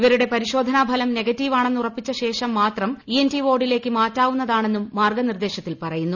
ഇവരുടെ പരിശോധനാഫലം നെഗറ്റീപ്പ് ആണെന്നുറപ്പിച്ചശേഷം മാത്രം ഇഎൻടി വാർഡിലേക്ക് മാറ്റാവുന്നതാണെന്നും മാർഗനിർദേശത്തിൽപ്പറയുന്നു